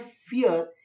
fear